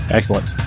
Excellent